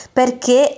perché